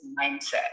mindset